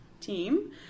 Team